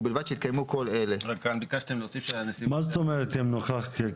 ובלבד שהתקיימו כל אלה: מה זאת אומרת אם נוכח כי?